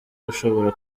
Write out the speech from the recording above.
ishobora